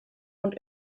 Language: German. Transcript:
und